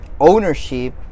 ownership